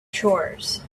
chores